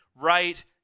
right